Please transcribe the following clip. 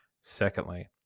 secondly